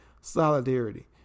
solidarity